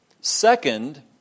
Second